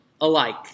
alike